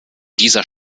dieser